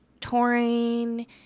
touring